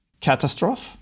catastrophe